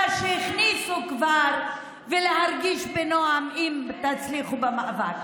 שכבר הכניסו ולהרגיש בנועם אם תצליחו במאבק.